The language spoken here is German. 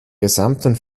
gesamten